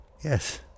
Yes